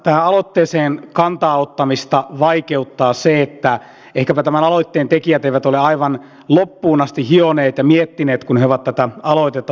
tähän aloitteeseen kantaa ottamista vaikeuttaa se että ehkäpä tämän aloitteen tekijät eivät ole aivan loppuun asti hioneet ja miettineet kun he ovat tätä aloitetta tehneet